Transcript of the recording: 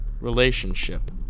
relationship